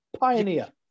pioneer